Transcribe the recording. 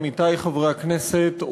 עמיתי חברי הכנסת,